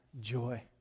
joy